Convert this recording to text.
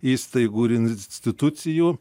įstaigų ir institucijų